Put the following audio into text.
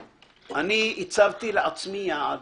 הצבעתי לעצמי יעד